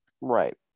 Right